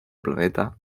planeta